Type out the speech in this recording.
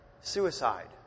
suicide